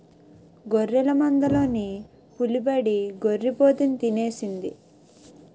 గొర్రెల మందలోన పులిబడి గొర్రి పోతుని తినేసింది